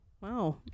wow